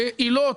בעילות,